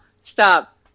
Stop